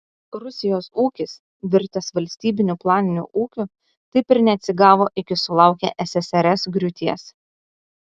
rusijos ūkis virtęs valstybiniu planiniu ūkiu taip ir neatsigavo iki sulaukė ssrs griūties